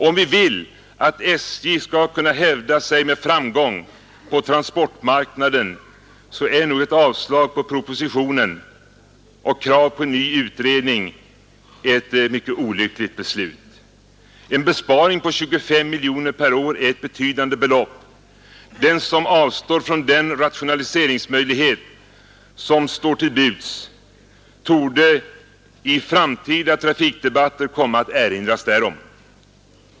Om vi vill att SJ skall kunna hävda sig med framgång på transportmarknaden är nog ett avslag på propositionen och krav på en ny utredning ett mycket olyckligt beslut. En besparing på 25 miljoner per år är ett betydande belopp. Den som avstår från den rationaliseringsmöjlighet som står till buds torde i framtida trafikdebatter komma att erinras därom.